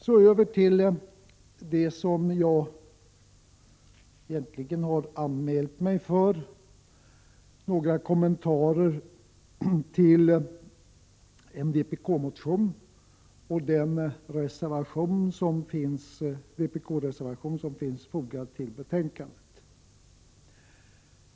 Så över till det som jag egentligen har anmält mig för, nämligen några kommentarer till en vpk-motion och den vpk-reservation som är fogad till betänkandet.